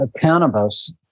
cannabis